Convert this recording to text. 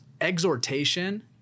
exhortation